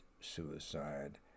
suicide